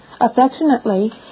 affectionately